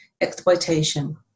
exploitation